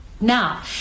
Now